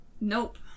Nope